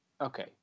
okay